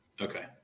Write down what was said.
Okay